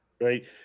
right